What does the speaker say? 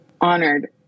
honored